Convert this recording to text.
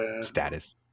status